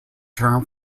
term